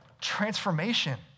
transformation